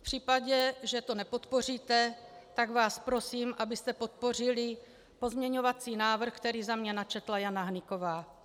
V případě, že to nepodpoříte, tak vás prosím, abyste podpořili pozměňovací návrh, který za mě načetla Jana Hnyková.